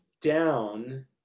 down